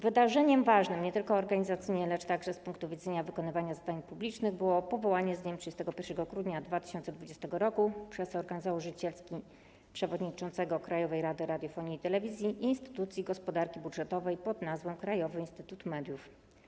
Wydarzaniem ważnym nie tylko organizacyjnie, lecz także z punktu widzenia wykonywania zadań publicznych było powołanie z dniem 31 grudnia 2020 r. przez organ założycielski - przewodniczącego Krajowej Rady Radiofonii i Telewizji - instytucji gospodarki budżetowej pod nazwą Krajowy Instytut Mediów.